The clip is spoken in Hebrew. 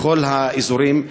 מכל האזורים,